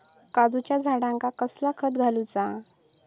काजूच्या झाडांका कसला खत घालूचा?